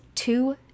two